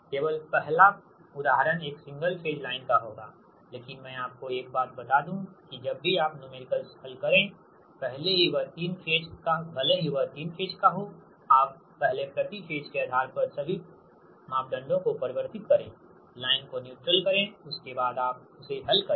केवल पहला पहला उदाहरण एक सिंगल फेज लाइन का होगा लेकिन मैं आपको एक बात बता दूं कि जब भी आप न्यूमेरिकल्स हल करें भले ही वह तीन फेज का हो आप पहले प्रति फेज के आधार पर सभी पैरामीटर्स को परिवर्तित करें लाइन को न्यूट्रल करें उसके बाद आप उसे हल करें